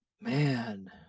Man